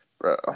Bro